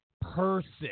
person